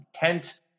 intent